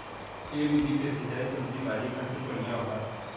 ए विधि के सिंचाई सब्जी भाजी खातिर बढ़िया होला